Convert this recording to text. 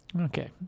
Okay